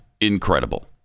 incredible